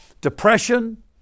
Depression